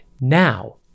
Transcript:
Now